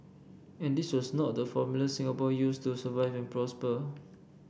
and this was not the formula Singapore used to survive and prosper